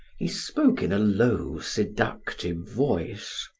he spoke in a low, seductive voice.